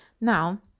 Now